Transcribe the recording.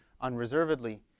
unreservedly